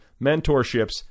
mentorships